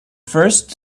first